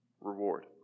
Reward